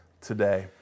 today